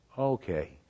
Okay